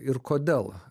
ir kodėl